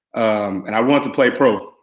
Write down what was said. and i wanted to play pro.